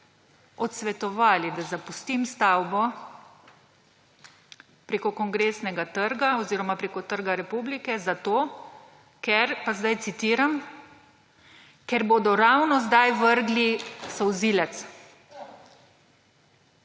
odsvetovali, da zapustim stavbo preko Kongresnega trga oziroma preko Trga republike, pa zdaj citiram, »ker bodo ravno zdaj vrgli solzivec«.